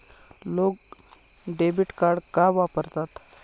लोक debit card का वापरतात?